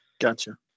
Gotcha